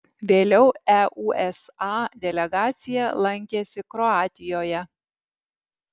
vėliau eusa delegacija lankėsi kroatijoje